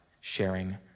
sharing